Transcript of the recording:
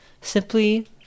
simply